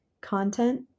content